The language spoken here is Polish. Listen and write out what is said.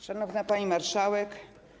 Szanowna Pani Marszałek!